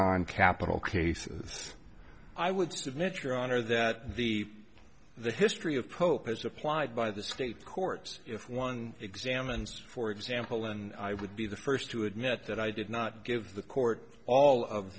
non capital cases i would submit your honor that the the history of pope as applied by the state courts if one examines for example and i would be the first to admit that i did not give the court all of